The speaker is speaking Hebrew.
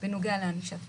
בנוגע לענישת מינימום,